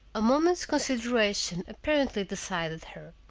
a moment's consideration apparently decided her.